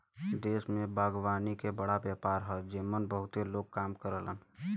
देश में बागवानी के बड़ा व्यापार हौ जेमन बहुते लोग काम करलन